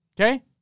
Okay